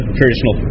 traditional